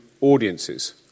audiences